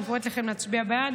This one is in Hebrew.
אני קוראת לכם להצביע בעד,